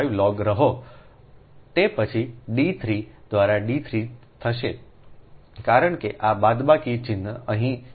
4605 log rho તે પછી D 3 દ્વારા D 3 થશે કારણ કે આ બાદબાકી ચિહ્ન અહીં છે